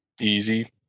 Easy